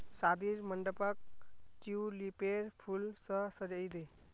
शादीर मंडपक ट्यूलिपेर फूल स सजइ दे